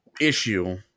issue